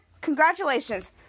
congratulations